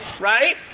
right